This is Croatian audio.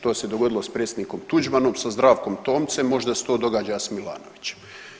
To se dogodilo s predsjednikom Tuđmanom, sa Zdravkom Tomcem, možda se to događa s Milanovićem.